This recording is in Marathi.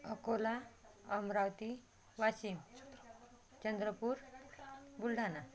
अकोला अमरावती वाशिम चंद्रपूर बुलढाणा